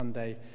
Sunday